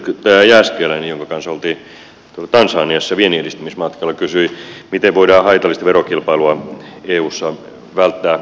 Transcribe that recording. edustaja jääskeläinen jonka kanssa olimme tuolla tansaniassa vienninedistämismatkalla kysyi miten voidaan haitallista verokilpailua eussa välttää